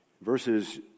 verses